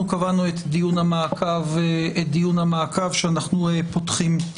קבענו את דיון המעקב שאנחנו פותחים.